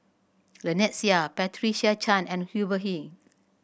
Lynnette Seah Patricia Chan and Hubert Hill